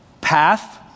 path